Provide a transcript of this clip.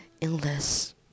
illness